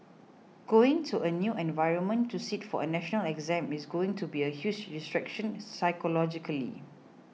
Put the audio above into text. going to a new environment to sit for a national exam is going to be a huge distraction psychologically